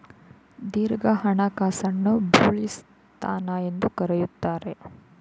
ದೀರ್ಘ ಹಣಕಾಸನ್ನು ಬುಲಿಶ್ ಸ್ಥಾನ ಎಂದು ಕರೆಯುತ್ತಾರೆ